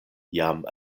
jam